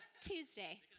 Tuesday